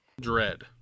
Dread